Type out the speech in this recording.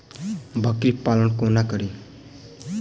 बकरी पालन कोना करि?